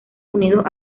unidos